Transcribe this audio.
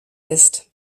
ist